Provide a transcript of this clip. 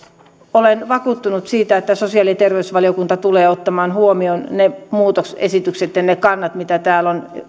olen vakuuttunut siitä että sosiaali ja terveysvaliokunta tulee ottamaan huomioon ne muutosesitykset ja ne kannat mitä täällä on